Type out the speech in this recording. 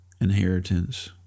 inheritance